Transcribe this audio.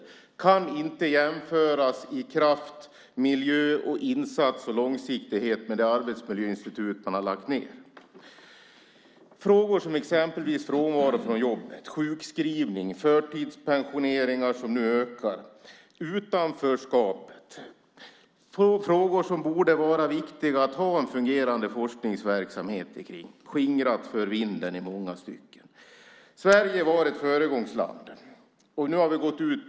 De kan inte jämföras i kraft, miljö, insats och långsiktighet med det arbetsmiljöinstitut som har lagts ned. Frånvaro från jobbet, sjukskrivning, fler förtidspensioneringar och utanförskap är frågor som det borde vara viktigt att ha en fungerande forskningsverksamhet om. De frågorna har i många stycken skingrats för vinden. Sverige har varit ett föregångsland.